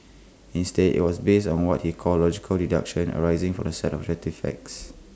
instead IT was based on what he called logical deductions arising from A set of objective facts